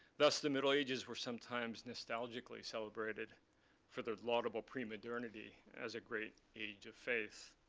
thus the middle ages were sometimes nostalgically celebrated for their laudable premodernity as a great age of faith.